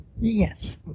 Yes